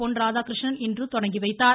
பொன் ராதாகிருஷ்ணன் இன்று தொடங்கிவைத்தார்